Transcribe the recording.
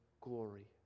glory